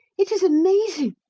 it is amazing.